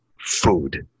food